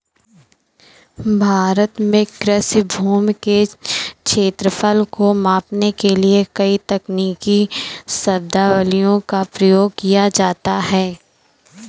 भारत में कृषि भूमि के क्षेत्रफल को मापने के लिए कई तकनीकी शब्दावलियों का प्रयोग किया जाता है